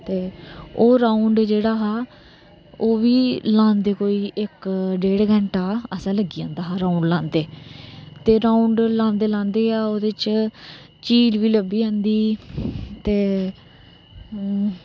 ते ओह् राउंड जेहड़ा ओहबी लांदे कोई इक ढेड घटां लग्गी जंदा हा रांउड लांदे ते राउंड लांदे झील बी लब्भी जंदी ही